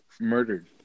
murdered